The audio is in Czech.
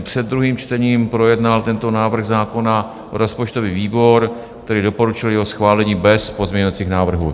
Před druhým čtením projednal tento návrh zákona rozpočtový výbor, který doporučil jeho schválení bez pozměňovacích návrhů.